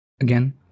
Again